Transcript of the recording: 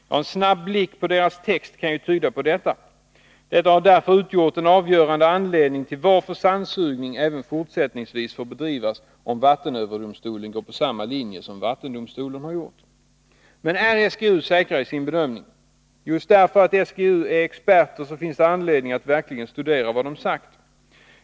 Ja, en snabb blick på SGU:s text kan tyda på det. Antagandet att något sådant samband inte finns har utgjort en avgörande anledning till att sandsugning även fortsättningsvis får bedrivas, om vattenöverdomstolen följer samma linje som vattendomstolen har gjort. Men är SGU säker i sin bedömning? Just därför att SGU är expert finns det anledning att verkligen studera vad SGU sagt.